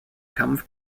kampf